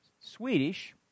Swedish